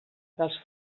dels